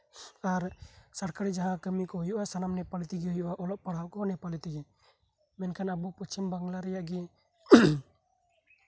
ᱟᱨ ᱥᱚᱨᱠᱟᱨᱤ ᱡᱟᱸᱦᱟ ᱠᱟᱹᱢᱤ ᱠᱚ ᱦᱩᱭᱩᱜᱼᱟ ᱱᱮᱯᱟᱞᱤ ᱯᱟᱹᱨᱥᱤ ᱛᱮᱜᱮ ᱦᱩᱭᱩᱜᱼᱟ ᱚᱞᱚᱜ ᱯᱟᱲᱦᱟᱜ ᱠᱚ ᱱᱮᱯᱟᱞᱤ ᱛᱮᱜᱮ ᱢᱮᱱᱠᱷᱟᱱ ᱟᱵᱚ ᱯᱚᱥᱪᱷᱤᱢᱵᱟᱝᱞᱟ ᱨᱮᱭᱟᱜ ᱜᱮ